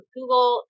Google